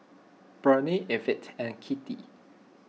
Bernie Evette and Kitty